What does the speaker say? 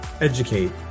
educate